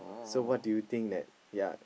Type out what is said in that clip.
so what do you think that yea